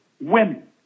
women